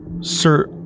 sir